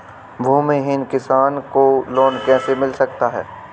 भूमिहीन किसान को लोन कैसे मिल सकता है?